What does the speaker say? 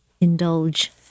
indulge